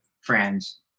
friends